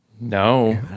No